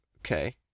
okay